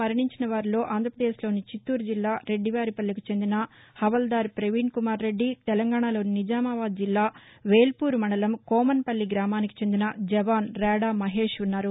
మరణించిన వారిలో ఆంధ్రప్రదేశ్లోని చిత్తూరు జిల్లా రెడ్డివారిపల్లెకు చెందిన హవల్దార్ ప్రవీణ్ కుమార్ రెడ్లి తెలంగాణలోని నిజామాబాద్ జిల్లా వేల్పూరు మండలం కోమన్పల్లి గ్రామానికి చెందిన జవాను ర్యాడా మహేష్ ఉన్నారు